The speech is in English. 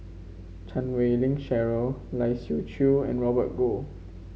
Chan Wei Ling Cheryl Lai Siu Chiu and Robert Goh